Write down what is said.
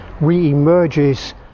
re-emerges